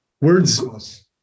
words